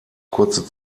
kurze